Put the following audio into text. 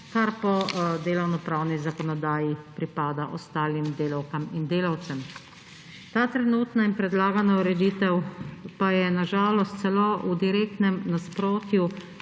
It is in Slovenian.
kar po delovnopravni zakonodaji pripada ostalim delavkam in delavcem. Ta trenutna in predlagana ureditev pa je na žalost celo v direktnem nasprotju